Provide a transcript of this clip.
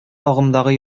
агымдагы